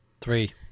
Three